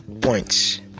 points